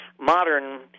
modern